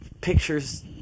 pictures